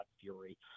fury